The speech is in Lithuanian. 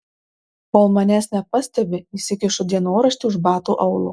kol manęs nepastebi įsikišu dienoraštį už bato aulo